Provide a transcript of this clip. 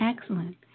Excellent